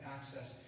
access